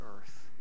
earth